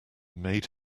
made